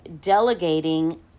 delegating